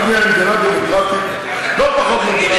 אנגליה היא מדינה דמוקרטית לא פחות ממדינת ישראל.